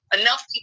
enough